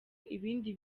ibindi